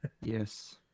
Yes